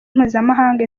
mpuzamahanga